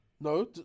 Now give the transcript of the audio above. No